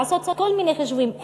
לעשות כל מיני חישובים.